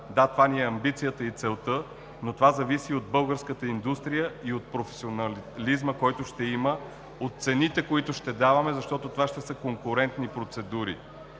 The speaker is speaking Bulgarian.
да, това ни е амбицията и целта, но това зависи от българската индустрия и от професионализма, който ще има, от цените, които ще даваме, защото това ще са конкурентни процедури,